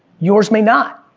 yours may not.